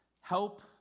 Help